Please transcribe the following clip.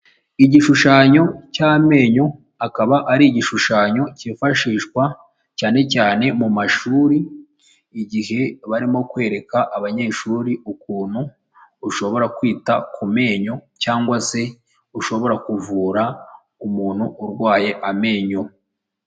Igishushanyo cy'amenyo akaba ari igishushanyo cyifashishwa cyane cyane mu mashuri, igihe barimo kwereka abanyeshuri ukuntu ushobora kwita ku menyo cyangwa se ushobora kuvura umuntu urwaye amenyo.